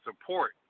support